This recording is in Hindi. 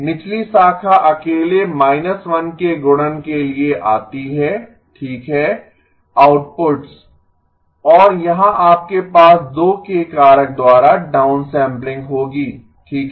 निचली शाखा अकेले 1 के गुणन के लिए आती है ठीक है आउटपुट्स और यहां आपके पास 2 के कारक द्वारा डाउनसैम्पलिंग होगी ठीक है